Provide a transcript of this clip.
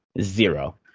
zero